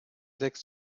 sechs